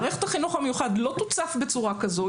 מערכת החינוך המיוחד לא תוצף בצורה כזו.